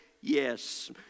yes